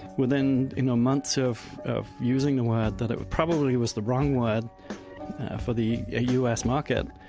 within you know months of of using the word that it probably was the wrong word for the us market.